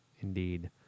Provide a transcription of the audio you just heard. Indeed